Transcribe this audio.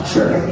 Sure